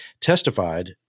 testified